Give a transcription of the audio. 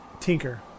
Tinker